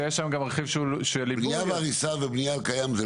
רק אמירה, נאמר פה --- אה, "אוקיי"?